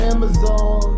Amazon